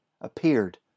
appeared